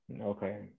Okay